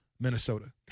Minnesota